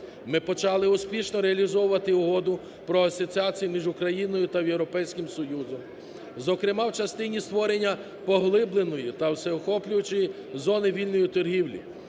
Ми почали успішно реалізовувати Угоду про асоціацію між Україною та Європейським Союзом, зокрема, в частині створення поглибленої та всеохоплюючої зони вільної торгівлі.